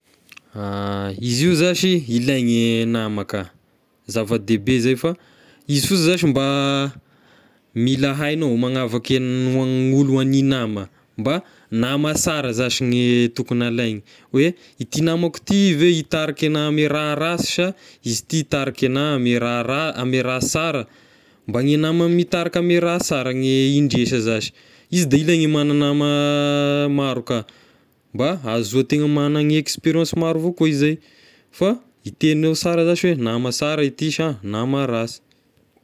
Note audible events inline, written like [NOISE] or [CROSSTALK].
[HESITATION] Izy io zashy ilaigny nama ka, zava-dehibe zay fa izy fosigny zashy mba mila haignao manaviky ny o- olo hania nama, mba nama sara zashy gne tokony alaigna hoe ity namako ity ve hitarika agnah ame raha rasy sa izy ity hitarika agnah ame raha raha ame raha sara, mba gne nama mitarika ame raha sara gne indresa zashy, izy de ilaigna mana nama maro ka, mba ahazoa tegna magna ny experience maro avao koa izay, fa hitegninao sara zashy hoe nama sara ity sa nama rasy.